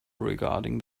regarding